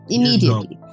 Immediately